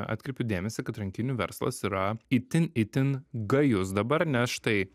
atkreipiu dėmesį kad rankinių verslas yra itin itin gajus dabar nes štai